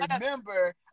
remember